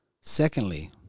Secondly